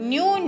New